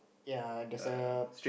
ya there's a